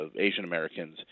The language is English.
Asian-Americans